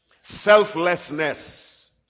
selflessness